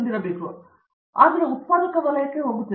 ಇದು ಉತ್ಪಾದಕ ವಲಯಕ್ಕೆ ಹೋಗುತ್ತಿಲ್ಲ